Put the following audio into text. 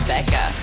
Becca